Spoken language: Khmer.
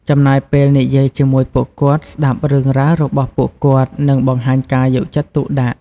ចំណាយពេលនិយាយជាមួយពួកគាត់ ស្ដាប់រឿងរ៉ាវរបស់ពួកគាត់ និងបង្ហាញការយកចិត្តទុកដាក់។